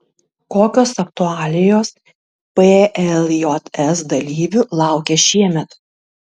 kokios aktualijos pljs dalyvių laukia šiemet